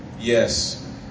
Yes